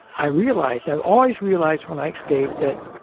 i realized, i always realized when i escaped that,